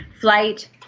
flight